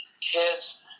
kids